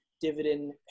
dividend